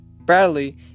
Bradley